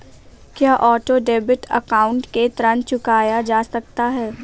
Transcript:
क्या auto debit account से ऋण चुकाया जा सकता है?